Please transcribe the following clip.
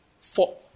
Four